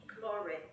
Glory